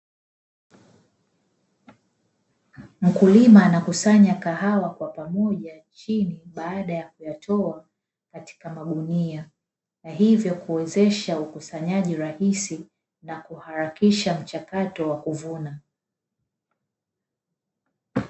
Mkulima anakusanya kahawa kwa pamoja chini, baada ya kuitoa katika magunia, na hivyo kuwezesha ukusanyaji rahisi na kuharakisha mchakato wa kuvuna.